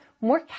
more